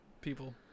people